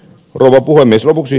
rouva puhemies